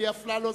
אלי אפללו,